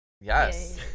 Yes